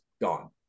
gone